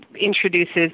Introduces